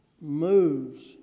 moves